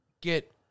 get